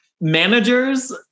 Managers